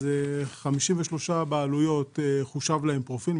53 בעלויות מתוך ה-72 חושב להן פרופיל,